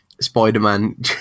Spider-Man